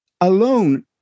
alone